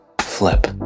flip